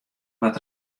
wat